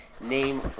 name